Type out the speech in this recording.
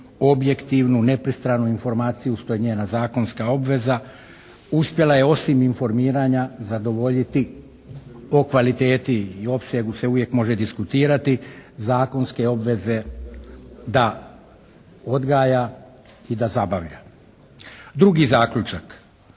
objektivnu, nepristranu informaciju što je njena zakonska obveza, uspjela je osim informiranja zadovoljiti. O kvaliteti i opsegu se uvijek može diskutirati. Zakonske obveze da odgaja i da zabavlja. Drugi zaključak.